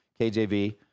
KJV